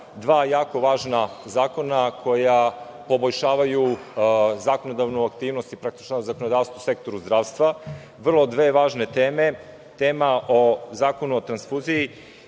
dva jako važna zakona koja poboljšavaju zakonodavnu aktivnost i praktično zakonodavstvo u sektora zdravstva. Vrlo dve važne teme – tema o Zakonu o tranfuziji…